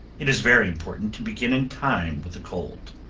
it is very important to begin in time with a cold.